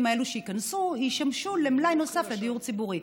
האלה שייכנסו ישמשו למלאי נוסף לדיור ציבורי.